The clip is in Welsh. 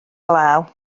glaw